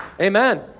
Amen